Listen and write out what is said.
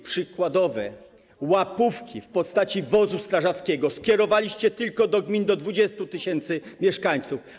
Przykładowe łapówki w postaci wozu strażackiego skierowaliście tylko do gmin do 20 tys. mieszkańców.